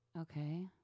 Okay